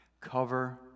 Cover